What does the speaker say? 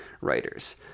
writers